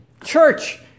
Church